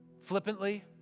flippantly